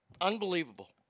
Unbelievable